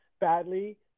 badly